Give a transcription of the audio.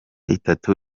itatu